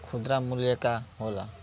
खुदरा मूल्य का होला?